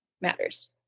matters